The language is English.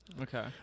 Okay